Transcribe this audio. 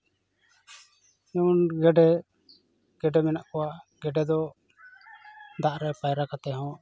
ᱜᱮᱰᱮ ᱢᱮᱱᱟᱜ ᱠᱚᱣᱟ ᱜᱮᱰᱮ ᱫᱚ ᱫᱟᱜ ᱨᱮ ᱯᱟᱭᱨᱟ ᱠᱟᱛᱮ ᱦᱚᱸ